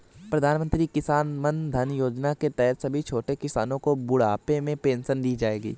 प्रधानमंत्री किसान मानधन योजना के तहत सभी छोटे किसानो को बुढ़ापे में पेंशन दी जाएगी